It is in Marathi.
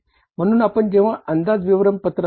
म्हणून आपण जेंव्हा अंदाज विवरणपत्रांची